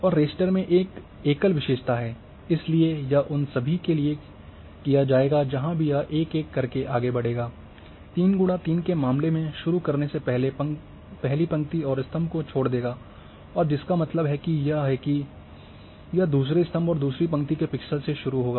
और रास्टर में एक एकल विशेषता है इसलिए यह उन सभी के लिए किया जाएगा जहाँ भी यह एक एक करके आगे बढ़ेगा 3 X 3 के मामले में शुरू करने से पहली पंक्ति और स्तंभ को छोड़ देगा और जिसका मतलब है कि यह है कि यह दूसरे स्तंभ और दूसरी पंक्ति के पिक्सल से शुरू होगा